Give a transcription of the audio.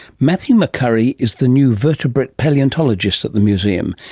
matthew mccurry is the new vertebrate palaeontologist at the museum,